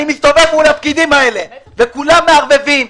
אני מסתובב מול הפקידים האלה וכולם מערבבים.